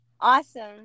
Awesome